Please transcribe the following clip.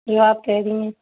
جو آپ کہہ رہی ہیں